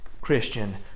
Christian